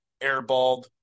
airballed